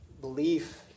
belief